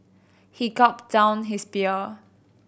he gulped down his beer